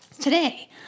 Today